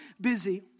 busy